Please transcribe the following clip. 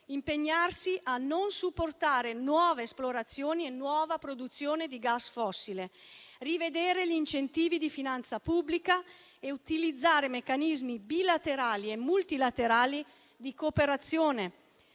impegnarsi a non supportare nuove esplorazioni e nuova produzione di gas fossile; rivedere gli incentivi di finanza pubblica e utilizzare meccanismi bilaterali e multilaterali di cooperazione